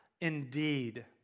indeed